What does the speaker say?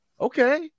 okay